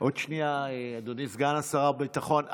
עוד שנייה, סגן שר הביטחון.